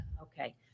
Okay